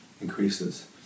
increases